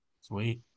Sweet